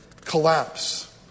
collapse